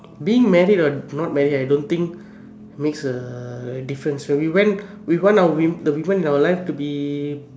been married or not married I don't think makes a difference so we went we want our we want our life to be